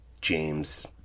James